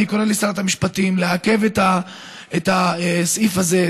אני קורא לשרת המשפטים לעכב את הסעיף הזה,